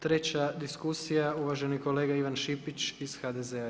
Treća diskusija uvaženi kolega Ivan Šipić iz HDZ-a.